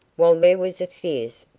while there was a fierce,